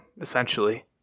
essentially